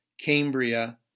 Cambria